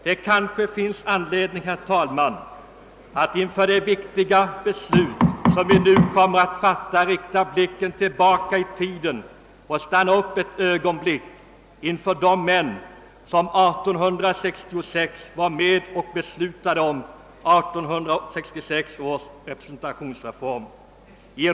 Det kanske finns anledning att inför det viktiga beslut som stundar blicka tillbaka i tiden och ett ögonblick stanna inför de män som 1866 var med och beslutade om det årets representationsreform.